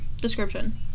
Description